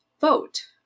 vote